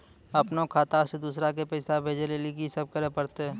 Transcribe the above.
अपनो खाता से दूसरा के पैसा भेजै लेली की सब करे परतै?